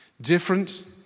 different